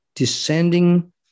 descending